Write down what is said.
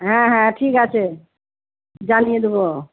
হ্যাঁ হ্যাঁ ঠিক আছে জানিয়ে দেবো